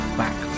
back